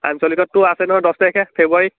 আঞ্চলিকত তোৰ আছে নহয় দহ তাৰিখে ফেব্ৰুৱাৰীৰ